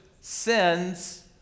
sins